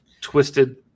twisted